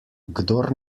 kdor